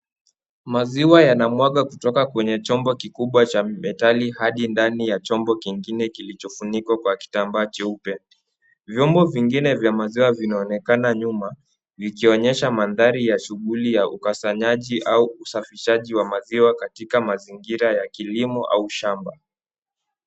Maziwa yanamwaga kutoka chombo kingine kikubwa cha metali hadi ndani ya chombo kingine kilicho funikwa kwa kitambaa cheupe. Vyombo vingine vya maziwa vinaonekana nyuma vikionyesha mandhari ya shughuli ya ukasanyaji au usafishaji wa maziwa katika mazingira ya kilimo au shamba.